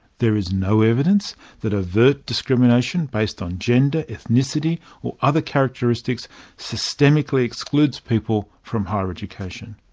there is no evidence that overt discrimination based on gender, ethnicity or other characteristics systemically excludes people from higher education.